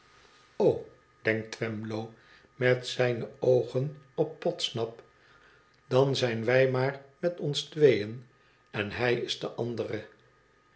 denkt twemlow met zijne oogen op podsnap dan zijn wi maar met ons tweeën en hij is de andere